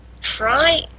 try